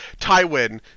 Tywin